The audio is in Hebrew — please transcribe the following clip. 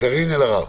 קארין אלהרר.